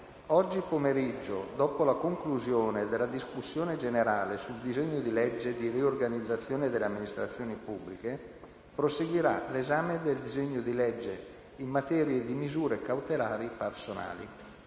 Oggi pomeriggio, dopo la conclusione della discussione generale sul disegno di legge di riorganizzazione delle amministrazioni pubbliche, proseguirà l'esame del disegno di legge in materia di misure cautelari personali.